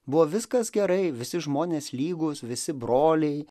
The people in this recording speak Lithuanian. buvo viskas gerai visi žmonės lygūs visi broliai